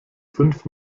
fünf